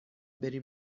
بریم